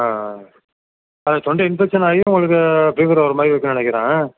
ஆ அது தொண்டை இன்ஃபெக்ஷன் ஆகியும் உங்களுக்கு பிவர் வர மாதிரி இருக்குன்னு நினைக்கிறேன்